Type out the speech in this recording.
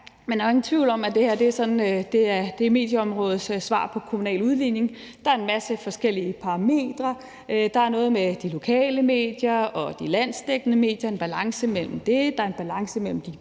er ikke nogen tvivl om, at det her er medieområdets svar på kommunal udligning. Der er en masse forskellige parametre: Der er noget med de lokale medier og de landsdækkende medier, en balance mellem det, der er en balance mellem de